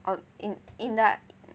on in in the